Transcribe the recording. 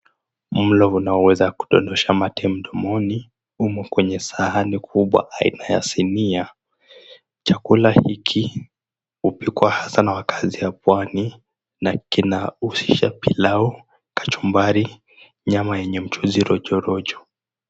Mlo unaoweza kutonesha mate mdomoni, umo kwenye sahani kubwa aina ya sinia. Chakula hiki upikwa hasa na wakazi wa pwani na kinahusisha pilau, kachumbari nyama yenye mchuzi rojorojo.